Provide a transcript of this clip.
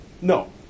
No